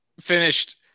finished